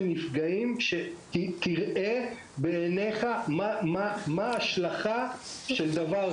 נפגעים כדי שתראה בעיניך מה ההשלכה של הדברים.